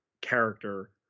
character